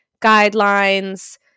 guidelines